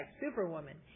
superwoman